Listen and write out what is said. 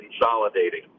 consolidating